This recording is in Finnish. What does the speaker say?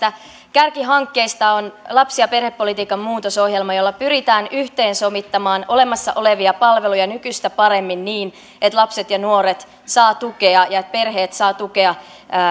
kärkihankkeista on lapsi ja perhepolitiikan muutosohjelma jolla pyritään yhteensovittamaan olemassa olevia palveluja nykyistä paremmin niin että lapset ja nuoret saavat tukea ja että perheet saavat tukea